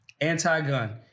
anti-gun